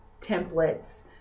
templates